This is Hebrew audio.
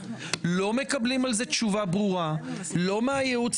לא מקבלים על זה תשובה ברורה לא מהייעוץ